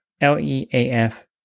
L-E-A-F